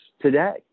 today